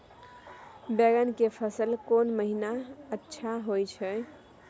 बैंगन के फसल कोन महिना अच्छा होय छै?